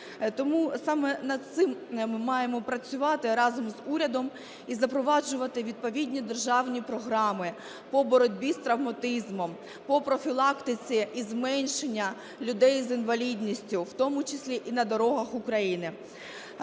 Тому саме над цим ми маємо працювати разом з урядом і запроваджувати відповідні державні програми по боротьбі з травматизмом, по профілактиці і зменшенню людей з інвалідністю, в тому числі і на дорогах України.